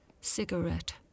Cigarette